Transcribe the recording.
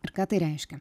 ir ką tai reiškia